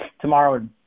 tomorrow